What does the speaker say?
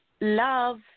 love